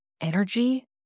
energy